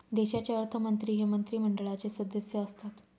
देशाचे अर्थमंत्री हे मंत्रिमंडळाचे सदस्य असतात